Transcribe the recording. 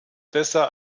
besser